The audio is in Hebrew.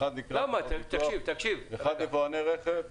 האחד נקרא "חברות הביטוח",